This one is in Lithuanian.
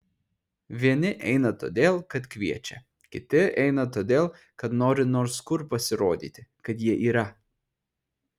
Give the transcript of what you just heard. vieni eina todėl kad kviečia kiti eina todėl kad nori nors kur pasirodyti kad jie yra